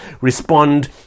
respond